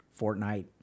Fortnite